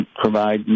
provide